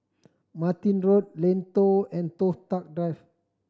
Martin Road Lentor and Toh Tuck Drive